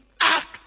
act